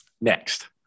Next